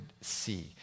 see